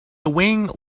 wing